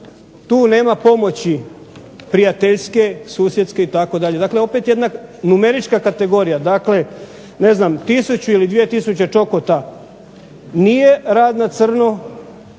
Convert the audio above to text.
tu nema pomoći prijateljske, susjedske itd. dakle opet jedna numerička kategorija. Dakle, tisuću ili dvije tisuće čokota nije rad na crno,